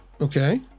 Okay